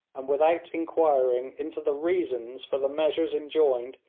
and without inquiring into the reasons for the measures enjoined,